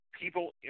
people